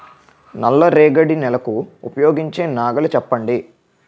నల్ల రేగడి నెలకు ఉపయోగించే నాగలి చెప్పండి?